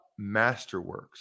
Masterworks